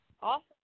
awesome